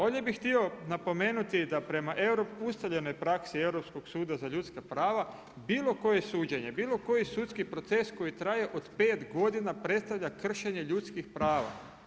Ovdje bi htio napomenuti da prema ustaljenoj praksi Europskog suda za ljudska prava, bilo koje suđenje, bilo koji sudski proces koji traje od 5 godina predstavlja kršenje ljudskih prava.